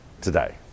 today